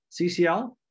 CCL